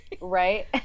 Right